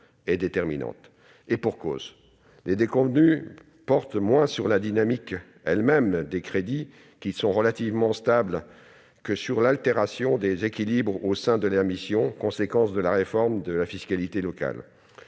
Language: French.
et pour cause, aussi importantes ! Les déconvenues portent moins sur la dynamique elle-même des crédits- ils sont relativement stables -que sur l'altération des équilibres au sein de la mission, conséquence de la réforme de la fiscalité locale.